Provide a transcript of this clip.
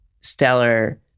stellar